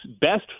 best